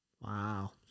Wow